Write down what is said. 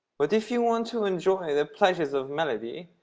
but if you want to enjoy the pleasures of melody,